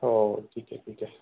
हो ठीक आहे ठीक आहे